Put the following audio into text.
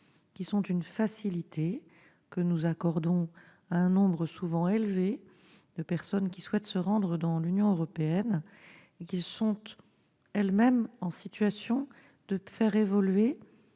sont une facilité que nous accordons à un nombre souvent élevé de personnes souhaitant se rendre dans l'Union européenne et qui sont elles-mêmes en situation de faire évoluer